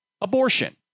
abortion